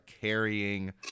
carrying